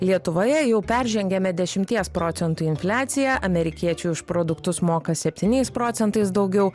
lietuvoje jau peržengėme dešimties procentų infliaciją amerikiečiai už produktus moka septyniais procentais daugiau